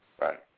right